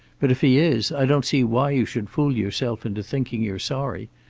but if he is, don't see why you should fool yourself into thinking you're sorry.